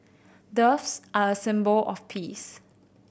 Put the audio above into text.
doves are a symbol of peace